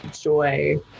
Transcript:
joy